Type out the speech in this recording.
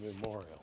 memorial